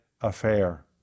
affair